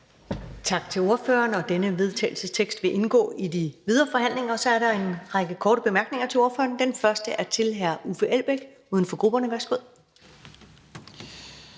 Tak til ordføreren. Denne vedtagelsestekst vil indgå i de videre forhandlinger. Så er der en række korte bemærkninger til ordføreren. Den første er fra hr. Uffe Elbæk, uden for grupperne. Værsgo.